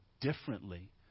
differently